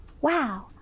wow